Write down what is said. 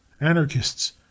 anarchists